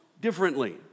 differently